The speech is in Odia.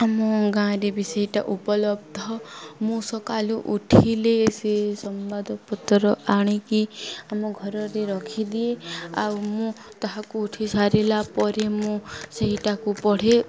ଆମ ଗାଁରେ ବି ସେଇଟା ଉପଲବ୍ଧ ମୁଁ ସକାଳୁ ଉଠିଲେ ସେ ସମ୍ବାଦପତ୍ର ଆଣିକି ଆମ ଘରରେ ରଖିଦିଏ ଆଉ ମୁଁ ତାହାକୁ ଉଠି ସାରିଲା ପରେ ମୁଁ ସେଇଟାକୁ ପଢ଼େ